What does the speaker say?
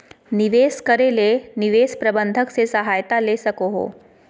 निवेश करे ले निवेश प्रबंधक से सहायता ले सको हो